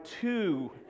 two